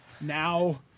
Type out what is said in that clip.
Now